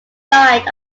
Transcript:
died